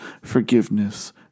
forgiveness